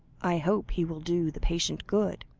i hope he will do the patient good.